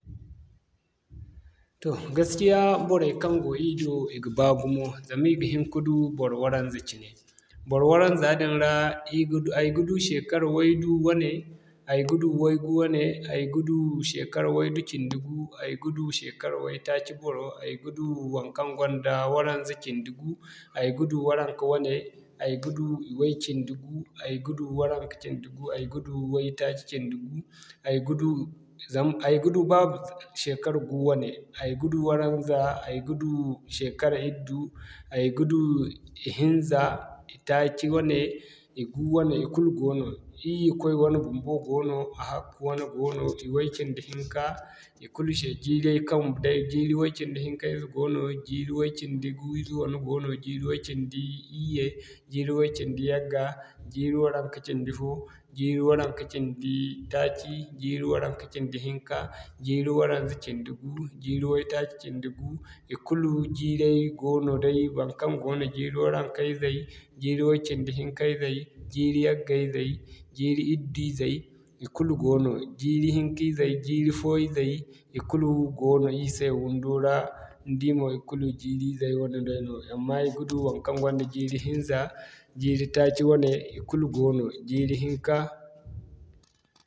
Toh gaskiya boray kaŋ go ir do i ga baa gumo. Zama i ga hin ka du boro waranza cine. Boro waranza din ra, ir ga du ay ga shekara way-du wane, ay ga du way-gu wane, ay ga du shekara way-du cindi-gu, ay ga shekara way-taaci boro, ay ga du waŋkaŋ gonda waranza cindi-gu, ay ga du waranka wane, ay ga du Iway-cindi-gu, ay ga du waranka cindi-gu, ay ga du way-taaci cindi-gu, ay ga du zam, ay ga du ba shekara gu wane. Ay ga du waranza, ay ga du shekara iddu, ay ga du ihinza, itaaci wane igu wane ikulu goono, koy wane bumbo goono, ahakku wane goono, Iway-cindi-hinka, ikulu se jiiray kaŋ day jiiri way-cindi hinka ize goono, Iway-cindi-gu ize wane goono, jiiri way-cindi iyye, jiiri way-cindi yagga, jiiri waranka cindi-fo, jiiri waranka cindi-taaci, jiiri waranka cindi-hinka, jiiri waranza cindi-gu, jiiri way-taaci cindi-gu, ikulu jiiray goono day baŋkaŋ goono jiiri waranka izey, jiiri way-cindi hinka izey, jiiri yagga izey jiiri iddu izey ikulu goono. Jiiri hinka izey, jiiri fo izey ikulu goono ir se windo ra, ni di mo ikulu jiiri izey wadin dayno. Amma i ga du waŋkaŋ gonda jiiri hinza, jiiri taaci wane, ikulu goono jiiri hinka.